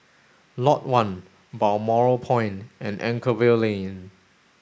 Lot One Balmoral Point and Anchorvale Lane